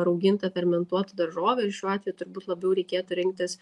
rauginta fermentuota daržovė ir šiuo atveju turbūt labiau reikėtų rinktis